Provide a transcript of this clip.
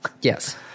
Yes